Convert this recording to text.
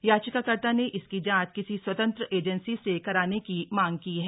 याचिका कर्ता ने इसकी जांच किसी स्वतंत्र एजेंसी से कराने की मांग की है